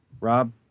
Rob